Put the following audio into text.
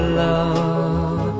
love